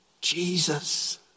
Jesus